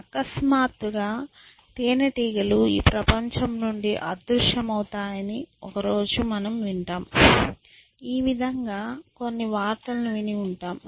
అకస్మాత్తుగా తేనెటీగలు ఈ ప్రపంచం నుండి అదృశ్యమవుతాయని ఒక రోజు ప్రజలు వింటారు ఈ విధంగా కొన్ని వార్తలను విని ఉంటాము